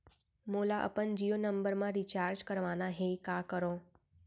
मोला अपन जियो नंबर म रिचार्ज करवाना हे, का करव?